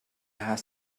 had